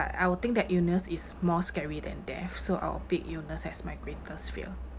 I will think that illness is more scary than death so I'll pick illness as my greatest fear